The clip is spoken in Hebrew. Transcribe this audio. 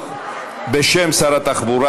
בשם שר התחבורה